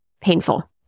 painful